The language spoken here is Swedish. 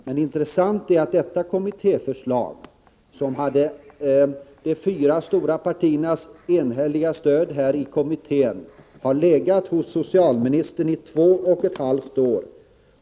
Men det intressanta är att detta kommitté förslag, som hade de fyra stora partiernas enhälliga stöd i kommittén, nu legat hos socialministern i två och ett halvt år.